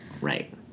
Right